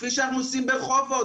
כפי שאנחנו עושים ברחובות.